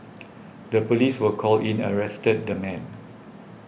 the police were called in and arrested the man